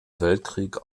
weltkrieg